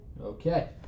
Okay